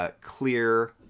clear